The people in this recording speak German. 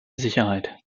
sicherheit